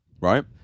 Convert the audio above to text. right